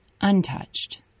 Untouched